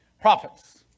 Prophets